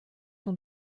ton